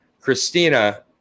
Christina